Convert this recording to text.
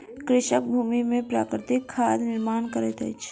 कृषक भूमि में प्राकृतिक खादक निर्माण करैत अछि